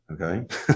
Okay